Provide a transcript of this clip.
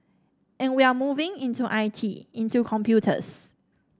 and we're moving into I T into computers